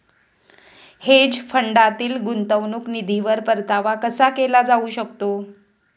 Hedge फंडातील गुंतवणूक निधीवर परतावा कसा केला जाऊ शकतो?